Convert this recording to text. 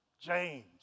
James